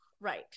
Right